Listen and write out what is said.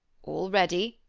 all ready,